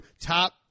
top